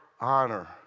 honor